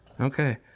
Okay